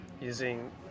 using